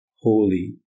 holy